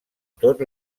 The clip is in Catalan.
tot